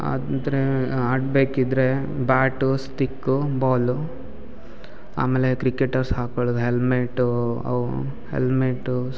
ಆದರೆ ಆಡಬೇಕಿದ್ರೆ bat stick ball ಆಮೇಲೆ ಕ್ರಿಕೆಟರ್ಸ್ ಹಾಕೊಳ್ಳುದು ಹೆಲ್ಮೆಟೂ ಅವು ಹೆಲ್ಮೆಟು